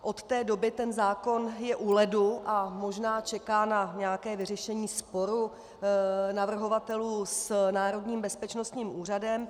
Od té doby ten zákon je u ledu a možná čeká na nějaké vyřešení sporu navrhovatelů s Národním bezpečnostním úřadem.